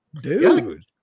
Dude